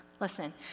listen